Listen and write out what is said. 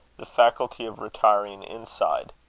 the faculty of retiring inside.